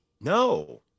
no